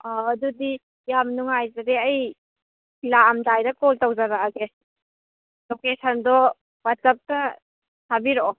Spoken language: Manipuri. ꯑꯧ ꯑꯗꯨꯗꯤ ꯌꯥꯝ ꯅꯨꯡꯉꯥꯏꯖꯔꯦ ꯑꯩ ꯂꯥꯛꯑꯝꯗꯥꯏꯗ ꯀꯣꯜ ꯇꯧꯖꯔꯛꯑꯒꯦ ꯂꯣꯀꯦꯁꯟꯗꯣ ꯋꯥꯆꯞꯇ ꯊꯥꯕꯤꯔꯛꯑꯣ